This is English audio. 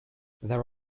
there